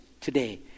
today